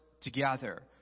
together